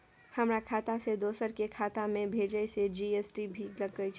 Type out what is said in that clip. हमर खाता से दोसर के खाता में भेजै में जी.एस.टी भी लगैछे?